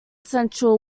central